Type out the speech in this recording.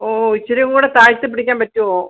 ഓ ഇച്ചിരി കൂടെ താഴ്ത്തി പിടിക്കാൻ പറ്റുമോ